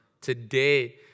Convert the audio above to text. today